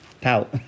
pout